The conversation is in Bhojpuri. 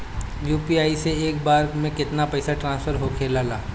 यू.पी.आई से एक बार मे केतना पैसा ट्रस्फर होखे ला?